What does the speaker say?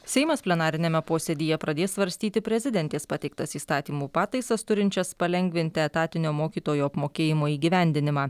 seimas plenariniame posėdyje pradės svarstyti prezidentės pateiktas įstatymų pataisas turinčias palengvinti etatinio mokytojų apmokėjimo įgyvendinimą